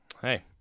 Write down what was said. Hey